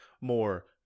more